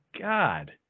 God